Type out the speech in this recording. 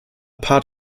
part